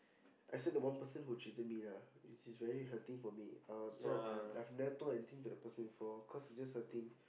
except the one person who cheated me lah which is very hurting for me I was so I have never told anything to the person before cause it's just hurting